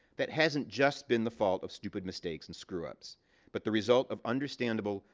that hasn't just been the fault of stupid mistakes and screw-ups but the result of understandable,